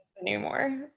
anymore